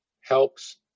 helps